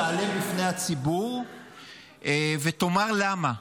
תעלה בפני הציבור ותאמר למה.